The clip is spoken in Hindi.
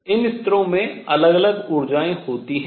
इन स्तरों में अलग अलग ऊर्जाएँ होती हैं